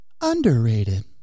Underrated